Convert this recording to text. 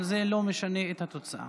אבל זה לא משנה את התוצאה.